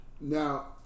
now